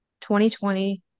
2020